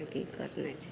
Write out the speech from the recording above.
की करनाइ छै